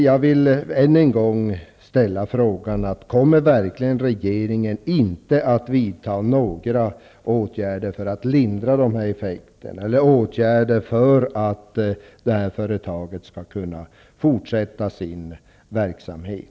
Jag vill än en gång ställa frågan: Kommer verkligen regeringen inte att vidta några åtgärder för att lindra dessa effekter eller för att detta företag skall kunna fortsätta sin verksamhet?